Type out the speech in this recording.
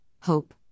hope